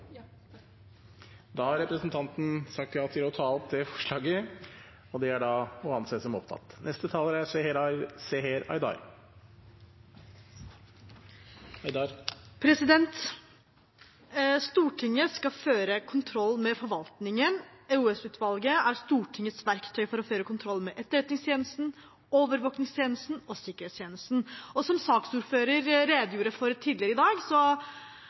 Da har representanten Sara Bell tatt opp forslaget fra SV og Rødt. Stortinget skal føre kontroll med forvaltningen. EOS-utvalget er Stortingets verktøy for å føre kontroll med Etterretningstjenesten, overvåkingstjenesten og sikkerhetstjenesten, og som saksordføreren redegjorde for tidligere i dag,